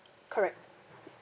correct